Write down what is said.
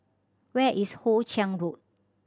where is Hoe Chiang Road